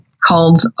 called